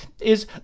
is